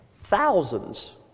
thousands